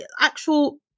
actual